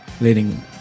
leading